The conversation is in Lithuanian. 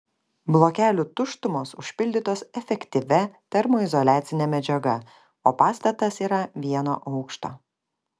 blokelių tuštumos užpildytos efektyvia termoizoliacine medžiaga o pastatas yra vieno aukšto